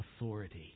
authority